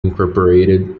incorporated